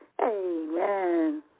Amen